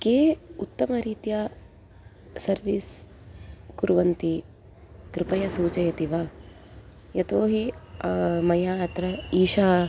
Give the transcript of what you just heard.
के उत्तमरीत्या सर्वीस् कुर्वन्ति कृपया सूचयति वा यतो हि मयाअत्र ईशा